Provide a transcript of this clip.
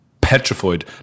petrified